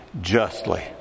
justly